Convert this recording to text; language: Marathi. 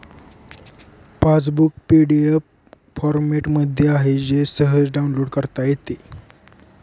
पासबुक पी.डी.एफ फॉरमॅटमध्ये आहे जे सहज डाउनलोड करता येते